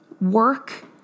Work